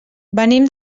venim